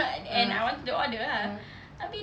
(uh huh) (uh huh)